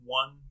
one